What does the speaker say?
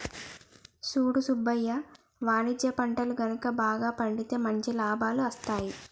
సూడు సుబ్బయ్య వాణిజ్య పంటలు గనుక బాగా పండితే మంచి లాభాలు అస్తాయి